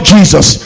Jesus